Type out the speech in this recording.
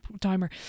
timer